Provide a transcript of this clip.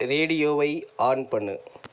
ரேடியோவை ஆன் பண்ணு